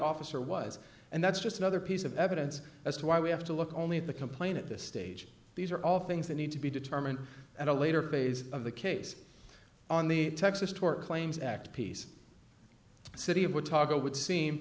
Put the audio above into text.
officer was and that's just another piece of evidence as to why we have to look only at the complaint at this stage these are all things that need to be determined at a later phase of the case on the texas tort claims act piece city of latakia would seem